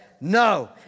No